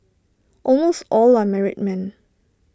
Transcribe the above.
almost all are married men